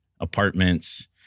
apartments